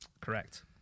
correct